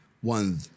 One